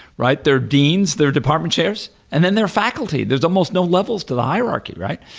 right? their deans, their department chairs, and then their faculty, there's almost no levels to the hierarchy, right?